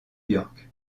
york